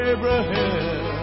Abraham